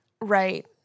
right